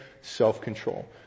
self-control